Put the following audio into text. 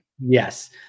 Yes